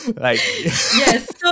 yes